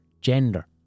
gender